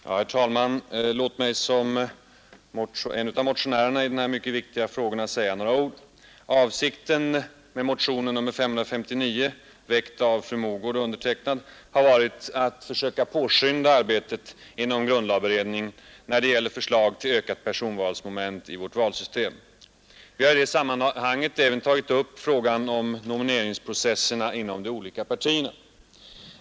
Herr talman! Låt mig som en av motionärerna i de här mycket viktiga frågorna säga några ord. Avsikten med motionen 559, väckt av fru Mogård och mig, har varit att försöka påskynda arbetet inom grundlagberedningen när det gäller förslag till ökat personvalsmoment i vårt valsystem. Vi har i detta sammanhang även tagit upp frågan om nomineringsprocesserna inom de olika partierna.